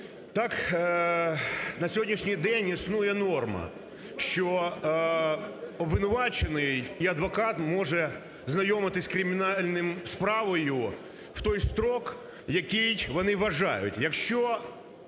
Так на сьогоднішній день існує норма, що обвинувачений і адвокат може знайомитись з кримінальною справою в той строк, який вони вважають.